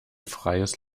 freies